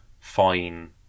fine